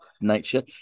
nature